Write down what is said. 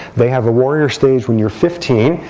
they have a warrior stage when you're fifteen,